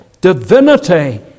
divinity